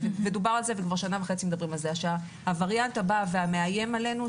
דובר על זה וכבר שנה וחצי מדברים על זה שהווריאנט הבא והמאיים עלינו,